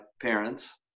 parents